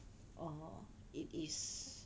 err it is